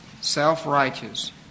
self-righteous